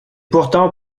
pourtant